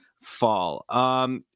fall